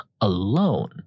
alone